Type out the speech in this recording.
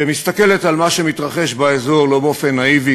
שמסתכלת על מה שמתרחש באזור לא באופן נאיבי,